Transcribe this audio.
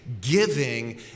giving